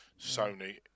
Sony